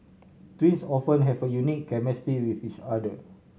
twins often have a unique chemistry with each other